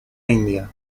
india